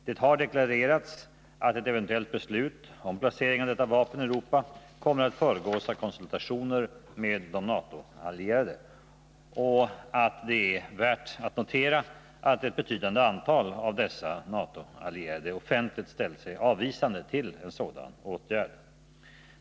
Det har deklarerats att ett eventuellt beslut om placering av detta vapen i Europa kommer att föregås av konsultationer med de NATO-allierade, och det är värt att notera att ett betydande antal av dessa offentligt ställt sig avvisande till en sådan åtgärd.